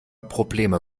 probleme